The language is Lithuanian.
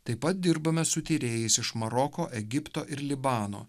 taip pat dirbame su tyrėjais iš maroko egipto ir libano